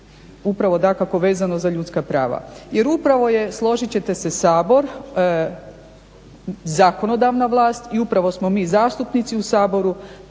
upravo dakako vezano za ljudska prava. Jer upravo je složit ćete se Sabor, zakonodavna vlast i upravo smo mi zastupnici u Saboru